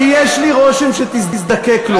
כי יש לי רושם שתזדקק לו.